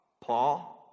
Paul